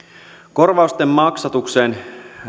korvausten maksatukseen